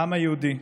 העם היהודי,